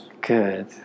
Good